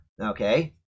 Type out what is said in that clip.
okay